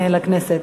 לכנסת.